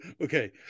Okay